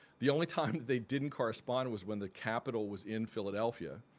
the only time they didn't correspondent was when the capitol was in philadelphia.